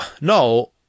no